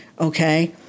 okay